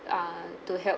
err to help